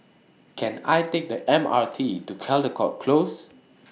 Can I Take The M R T to Caldecott Close